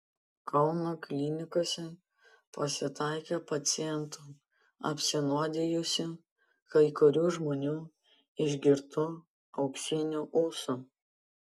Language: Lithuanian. kauno klinikose pasitaikė pacientų apsinuodijusių kai kurių žmonių išgirtu auksiniu ūsu